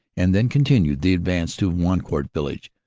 and then continued the advance to wancourt village,